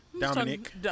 Dominic